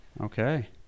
okay